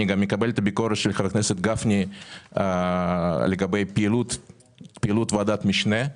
אני גם מקבל את הביקורת של חבר הכנסת גפני לגבי פעילות ועדת המשנה.